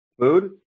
food